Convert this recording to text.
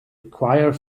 acquire